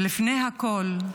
ולפני הכול,